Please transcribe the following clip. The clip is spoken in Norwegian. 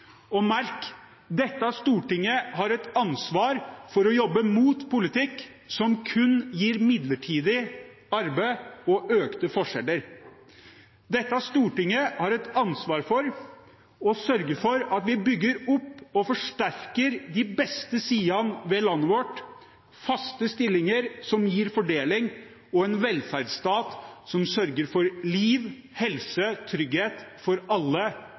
Og merk: Dette storting har et ansvar for å jobbe imot politikk som kun gir midlertidig arbeid og økte forskjeller. Dette storting har et ansvar for å sørge for at vi bygger opp og forsterker de beste sidene ved landet vårt, faste stillinger som gir fordeling, og en velferdsstat som sørger for liv, helse og trygghet for alle